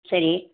சரி